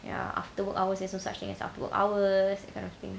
ya after work hours there's no such thing as after work hours that kind of thing